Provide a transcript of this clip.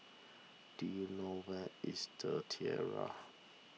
do you know where is the Tiara